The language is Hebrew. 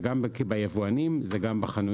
זה גם אצל היבואנים, זה גם בחנויות.